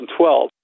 2012